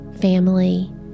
family